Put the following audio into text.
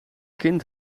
kind